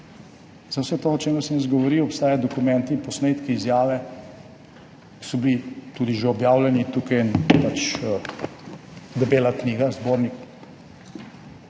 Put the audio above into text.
Za vse to, o čemer sem jaz govoril, obstajajo dokumenti, posnetki, izjave, ki so bile tudi že objavljene. Tukaj je pač debela knjiga, zbornik